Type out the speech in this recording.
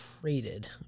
traded